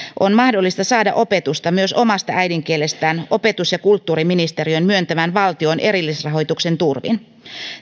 on mahdollista saada opetusta myös omasta äidinkielestään opetus ja kulttuuriministeriön myöntämän valtion erillisrahoituksen turvin